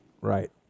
Right